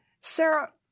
Sarah